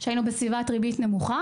עת היינו בסביבת ריבית נמוכה